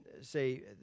say